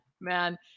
man